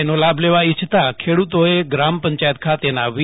સહાયનો લાભ લેવા ઈચ્છતા ખેડૂતોએ ગ્રામ પંચાયત ખાતેના વી